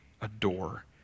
adore